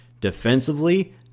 Defensively